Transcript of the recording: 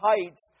heights